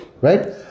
Right